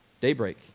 daybreak